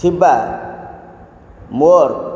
ଥିବା ମୋର